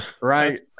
right